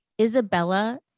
Isabella